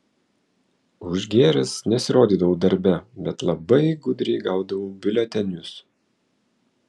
užgėręs nesirodydavau darbe bet labai gudriai gaudavau biuletenius